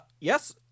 yes